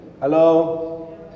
Hello